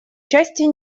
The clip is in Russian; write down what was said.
части